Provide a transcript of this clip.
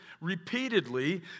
repeatedly